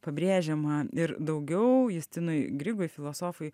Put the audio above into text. pabrėžiama ir daugiau justinui grigui filosofui